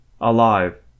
Alive